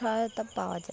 সহায়তা পাওয়া যায়